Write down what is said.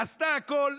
עשתה הכול,